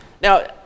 now